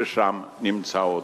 ששם נמצא אותו".